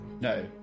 No